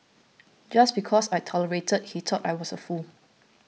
just because I tolerated he thought I was a fool